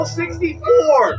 64